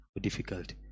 difficult